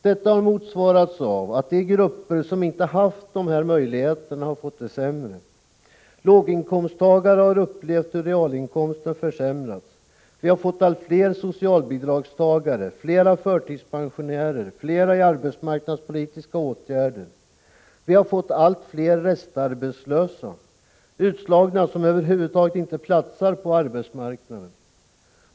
Detta har motsvarats av att de grupper som inte haft de möjligheterna har fått det sämre. Låginkomsttagare har upplevt hur realinkomsten försämrats. Vi har fått allt fler socialbidragstagare, fler förtidspensionärer, fler i arbetsmarknadspolitiska åtgärder. Vi har fått allt fler ”restarbetslösa”, utslagna som över huvud taget inte passar på arbetsmarknaden.